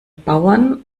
bauern